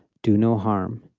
do no harm,